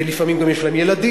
ולפעמים גם יש להם ילדים,